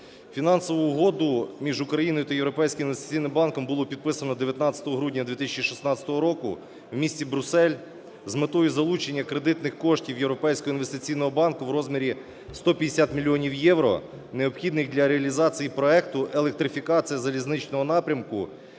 Фінансову угоду між Україною та Європейським інвестиційним банком було підписано 19 грудня 2016 року в місті Брюссель з метою залучення кредитних коштів Європейського інвестиційного банку в розмірі 150 мільйонів євро, необхідних для реалізації проекту електрифікації залізничного